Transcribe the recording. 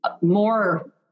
more